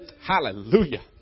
Hallelujah